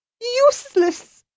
useless